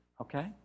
Okay